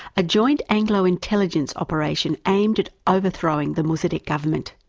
a joint anglo intelligence operation aimed at overthrowing the mossaddeq government.